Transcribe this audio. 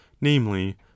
namely